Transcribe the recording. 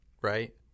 right